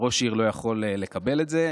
וראש עיר לא יכול לקבל את זה.